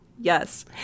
Yes